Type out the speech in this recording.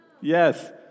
Yes